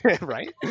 right